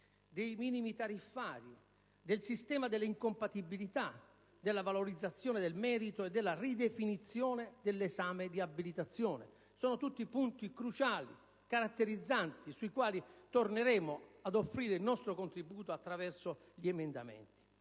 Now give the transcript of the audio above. dei minimi tariffari, del sistema delle incompatibilità, della valorizzazione del merito e della ridefinizione dell'esame di abilitazione. Sono tutti punti cruciali e caratterizzanti, sui quali torneremo ad offrire il nostro contributo attraverso gli emendamenti.